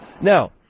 Now